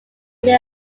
many